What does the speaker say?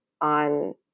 on